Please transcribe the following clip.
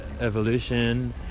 evolution